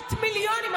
מאות המיליונים,